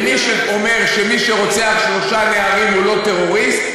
ומי שאומר שמי שרוצח שלושה נערים הוא לא טרוריסט,